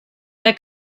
their